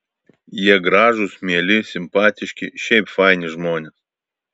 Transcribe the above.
jie gražūs mieli simpatiški šiaip faini žmonės